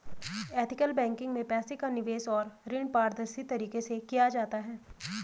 ethical banking में पैसे का निवेश और ऋण पारदर्शी तरीके से किया जाता है